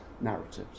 narratives